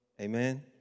Amen